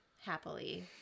Happily